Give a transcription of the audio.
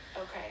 Okay